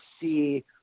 see